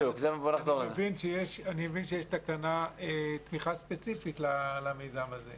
אני מבין שיש תקנת תמיכה ספציפית למיזם הזה.